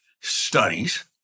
Studies